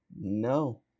No